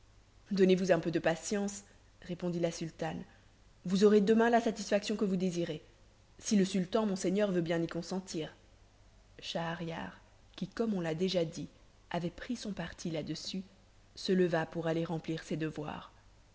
donnez-vous un peu de patience répondit la sultane vous aurez demain la satisfaction que vous désirez si le sultan mon seigneur veut bien y consentir schahriar qui comme on l'a déjà dit avait pris son parti làdessus se leva pour aller remplir ses devoirs